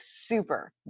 super